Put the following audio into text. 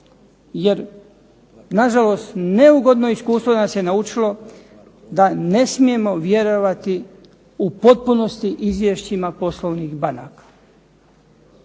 Jer nažalost, neugodno iskustvo nas je naučilo da ne smijemo vjerovati u potpunosti izvješćima poslovnih banaka.